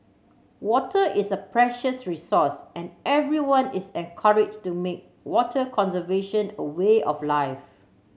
water is a precious resource and everyone is encouraged to make water conservation a way of life